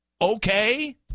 Okay